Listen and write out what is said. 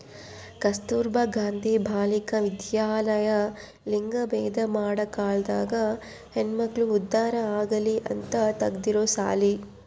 ಕಸ್ತುರ್ಭ ಗಾಂಧಿ ಬಾಲಿಕ ವಿದ್ಯಾಲಯ ಲಿಂಗಭೇದ ಮಾಡ ಕಾಲ್ದಾಗ ಹೆಣ್ಮಕ್ಳು ಉದ್ದಾರ ಆಗಲಿ ಅಂತ ತೆಗ್ದಿರೊ ಸಾಲಿ